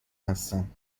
هستم